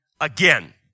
again